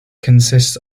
consists